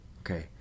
Okay